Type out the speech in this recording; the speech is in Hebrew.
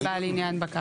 בעל עניין בקרקע.